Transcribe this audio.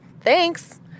Thanks